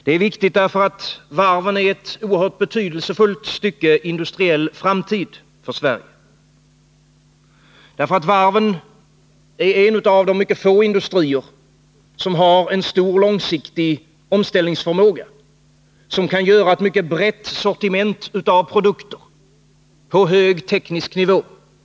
Det är viktigt därför att varven är ett oerhört betydelsefullt stycke industriell framtid för Sverige och därför att varven är en av de mycket få industrier som har en stor och långsiktig omställningsförmåga och som kan göra ett mycket brett sortiment av produkter på hög teknisk nivå.